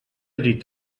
llit